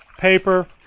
paper,